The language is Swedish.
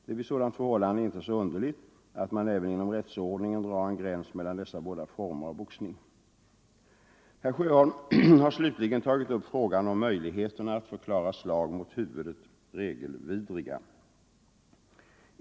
Det är vid sådant förhållande inte så underligt att man även inom rättsordningen drar en gräns mellan dessa båda former av boxning. Herr Sjöholm har slutligen tagit upp frågan om möjligheterna att förklara slag mot huvudet regelvidriga.